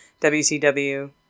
WCW